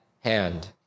hand